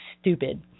stupid